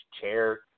chair